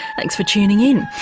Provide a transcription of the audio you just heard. thanks for tuning in.